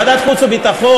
ועדת חוץ וביטחון?